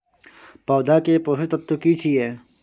पौधा के पोषक तत्व की छिये?